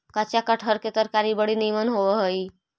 कच्चा कटहर के तरकारी बड़ी निमन होब हई